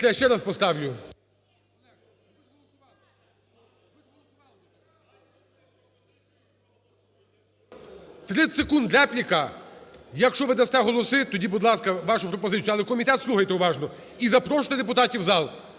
Я ще раз поставлю. 30 секунд, репліка. Якщо ви дасте голоси – тоді, будь ласка, вашу пропозицію, але комітет слухайте уважно. І запрошуйте депутатів в зал,